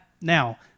Now